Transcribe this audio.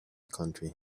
country